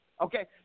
okay